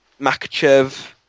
Makachev